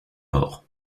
morts